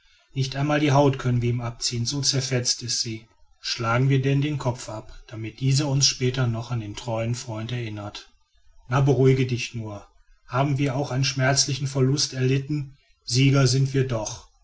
nicht einmal die haut können wir ihm abziehen so zerfetzt ist sie schlagen wir denn den kopf ab damit dieser uns später noch an den treuen freund erinnert na beruhige dich nur haben wir auch einen schmerzlichen verlust erlitten sieger sind wir doch